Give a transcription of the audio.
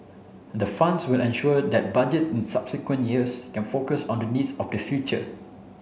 the funds will ensure that Budgets in subsequent years can focus on the needs of the future